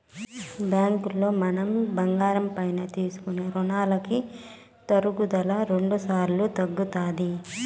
బ్యాంకులో మనం బంగారం పైన తీసుకునే రునాలకి తరుగుదల రెండుసార్లు తగ్గుతాది